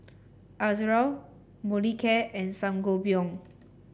Ezerra Molicare and Sangobion